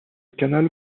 canal